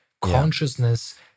Consciousness